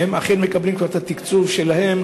שהם אכן מקבלים כבר את התקצוב שלהם,